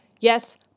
Yes